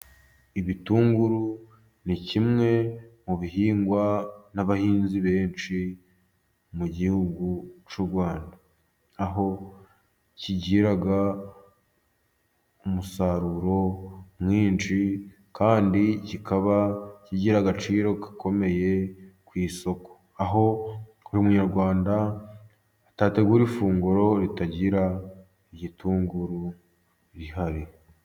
Ibitunguru ni kimwe mu bihingwa, n' abahinzi benshi mu gihugu c' u Rwanda aho kigira umusaruro mwinshi, kandi kikaba kigira agaciro gakomeye ku isoko aho buri munyarwanda, atategura ifunguro ritagira igitunguru bihari.